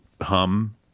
hum